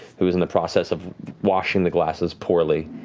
who's in the process of washing the glasses poorly.